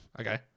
okay